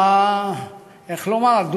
איך לומר?